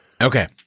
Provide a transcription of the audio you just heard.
Okay